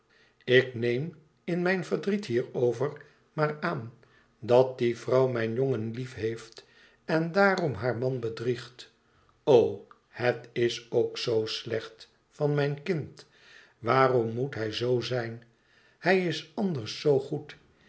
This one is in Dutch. ik neem in mijn verdriet hierover maar aan dat die vrouw mijn jongen liefheeft en daarom haar man bedriegt o het is ook zoo slecht van mijn kind waarom moet hij zoo zijn hij is anders zoo goed